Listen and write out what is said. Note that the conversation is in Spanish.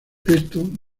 esto